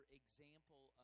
example